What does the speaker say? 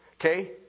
Okay